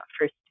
first